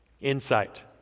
insight